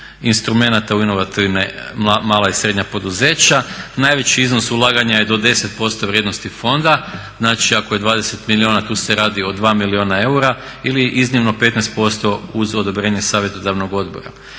instrumenta inovativne, mala i srednja poduzeća. Najveći iznos ulaganja je do 10% vrijednosti fonda. Znači ako je 20 milijuna tu se radi o 2 milijuna eura ili iznimno 15% uz odobrenje savjetodavnog odbora.